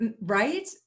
Right